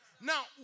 Now